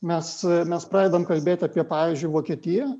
mes mes pradedam kalbėt apie pavyzdžiui vokietiją